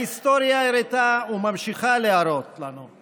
ההיסטוריה הראתה, וממשיכה להראות לנו,